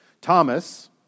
Thomas